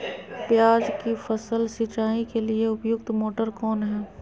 प्याज की फसल सिंचाई के लिए उपयुक्त मोटर कौन है?